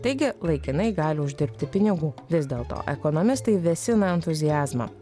taigi laikinai gali uždirbti pinigų vis dėlto ekonomistai vėsina entuziazmą